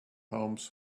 homes